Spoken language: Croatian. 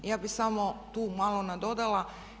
Ja bih samo tu malo nadodala.